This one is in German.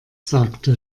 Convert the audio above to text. sagte